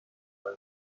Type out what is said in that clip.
برای